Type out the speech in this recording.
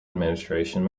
administration